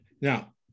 Now